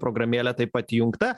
programėlė taip pat įjungta